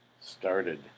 started